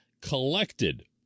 collected